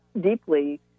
deeply